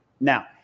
Now